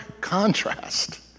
contrast